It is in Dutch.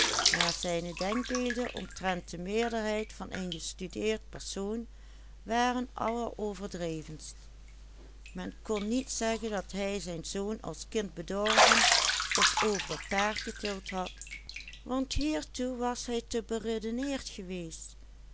waren alleroverdrevenst men kon niet zeggen dat hij zijn zoon als kind bedorven of over het paard getild had want hiertoe was hij te beredeneerd geweest